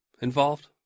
involved